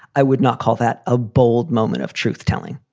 i would not call that a bold moment of truth telling.